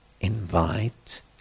invite